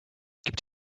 gibt